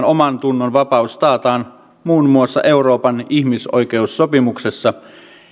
omantunnonvapaus taataan muun muassa euroopan ihmisoikeussopimuksessa